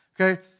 Okay